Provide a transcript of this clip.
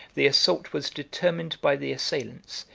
the assault was determined by the assailants,